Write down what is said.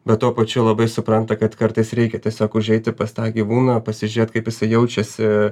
bet tuo pačiu labai supranta kad kartais reikia tiesiog užeiti pas tą gyvūną pasižiūrėt kaip jisai jaučiasi